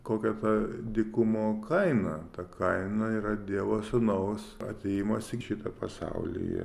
kokia ta dykumo kaina ta kaina yra dievo sūnaus atėjimas į šitą pasaulį